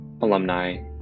alumni